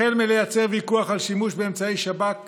החל בלייצר ויכוח על שימוש באמצעי שב"כ